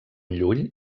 llull